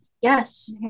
Yes